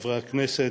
חברי הכנסת,